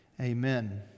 Amen